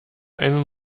einen